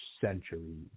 century